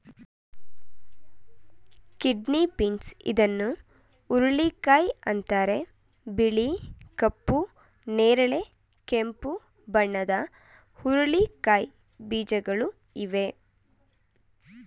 kidney beans ಇದನ್ನು ಹುರುಳಿಕಾಯಿ ಅಂತರೆ ಬಿಳಿ, ಕಪ್ಪು, ನೇರಳೆ, ಕೆಂಪು ಬಣ್ಣದ ಹುರಳಿಕಾಯಿ ಬೀಜಗಳು ಇವೆ